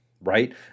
right